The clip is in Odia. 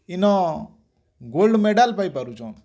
in gold medal ପାଇପାରୁଛନ୍